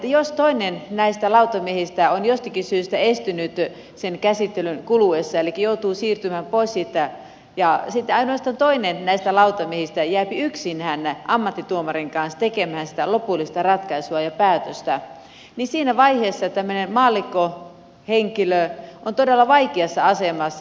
jos toinen näistä lautamiehistä on jostakin syystä estynyt käsittelyn kuluessa eli joutuu siirtymään pois siitä ja ainoastaan toinen näistä lautamiehistä jää yksin ammattituomarin kanssa tekemään lopullista ratkaisua ja päätöstä niin siinä vaiheessa tämmöinen maallikkohenkilö on todella vaikeassa asemassa